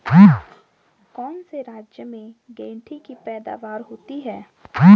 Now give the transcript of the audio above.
कौन से राज्य में गेंठी की पैदावार होती है?